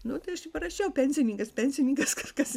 nu tai aš ir parašiau pensininkas pensininkas kažkas